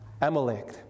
Amalek